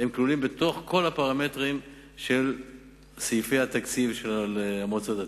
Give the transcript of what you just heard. הם כלולים בכל הפרמטרים של סעיפי התקציב של המועצות הדתיות.